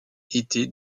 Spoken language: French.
étaient